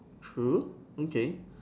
true okay